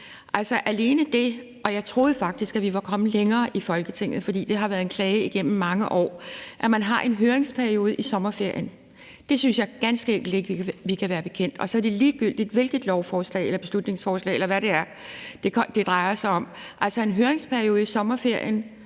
Altså, alene det – og jeg troede faktisk, at vi var kommet længere i Folketinget, fordi det har været et klagepunkt igennem mange år – at man har en høringsperiode i sommerferien, synes jeg ganske enkelt ikke vi kan være bekendt, og så er det ligegyldigt, hvilket lovforslag eller beslutningsforslag, eller hvad det er, det drejer sig om. Altså, en høringsperiode i sommerferieperioden